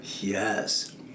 Yes